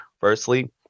Firstly